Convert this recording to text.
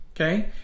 okay